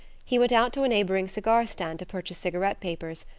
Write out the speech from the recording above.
he went out to a neighboring cigar stand to purchase cigarette papers,